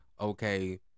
okay